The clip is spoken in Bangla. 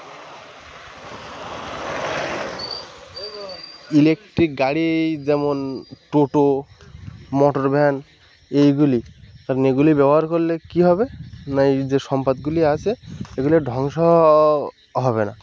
ইলেকট্রিক গাড়ি যেমন টোটো মোটরভ্যান এইগুলি কারণ এগুলি ব্যবহার করলে কী হবে না এই যে সম্পদগুলি আছে এইগুলো ধ্বংসও হ হবে না